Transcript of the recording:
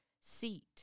seat